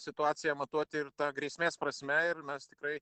situaciją matuoti ir ta grėsmės prasme ir mes tikrai